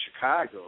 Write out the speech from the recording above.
Chicago